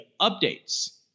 updates